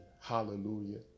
hallelujah